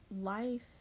life